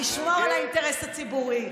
אתם מפרקים,